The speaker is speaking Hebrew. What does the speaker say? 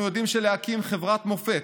אנחנו יודעים שלהקים חברת מופת